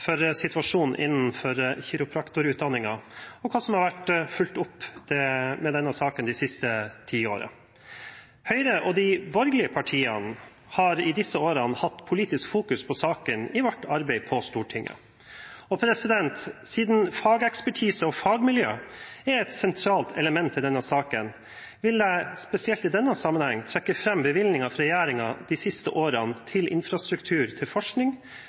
for situasjonen innenfor kiropraktorutdanningen og hva som har vært fulgt opp i denne saken de siste ti årene. Høyre og de borgerlige partiene har i disse årene hatt politisk fokus på saken i sitt arbeid på Stortinget. Siden fagekspertise og fagmiljø er et sentralt element i denne saken, vil jeg spesielt i denne sammenheng trekke fram bevilgninger fra regjeringen de siste årene til infrastruktur til forskning